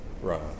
Right